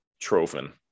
Trophin